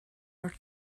are